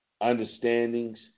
understandings